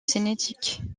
cinétique